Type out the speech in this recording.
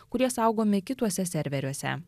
kurie saugomi kituose serveriuose